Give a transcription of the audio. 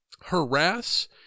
harass